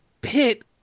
pit